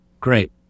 Great